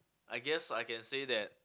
I guess I can say that